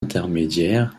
intermédiaire